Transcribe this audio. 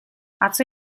atzo